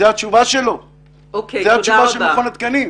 זו התשובה של מכון התקנים.